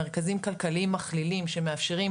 מרכזים כלכליים מכלילים שמאפשרים